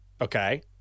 Okay